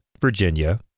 Virginia